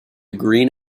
green